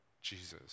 Jesus